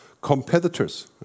competitors